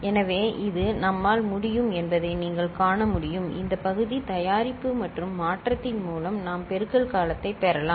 எனவே இதுதான் நம்மால் முடியும் என்பதை நீங்கள் காண முடியும் இந்த பகுதி தயாரிப்பு மற்றும் மாற்றத்தின் மூலம் நாம் பெருக்கல் காலத்தைப் பெறலாம்